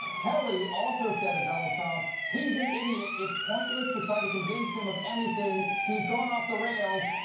kelly also said of donald trump, he's an idiot. it's pointless to try to convince him of anything. he's gone off the rails.